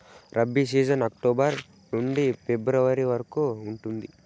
rabi season October నుండి February వరకు ఉంటుంది